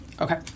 Okay